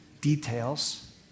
details